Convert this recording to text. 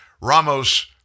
Ramos